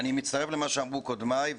אני מצטרף למה שאמרו קודמיי.